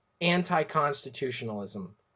anti-constitutionalism